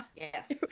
Yes